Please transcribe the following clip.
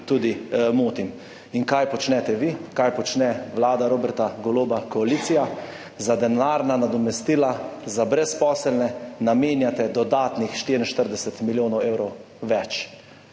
motim. In kaj počnete vi? Kaj počne vlada Roberta Goloba, koalicija? Za denarna nadomestila za brezposelne namenjate dodatnih 44 milijonov evrov več,